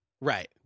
Right